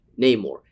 Namor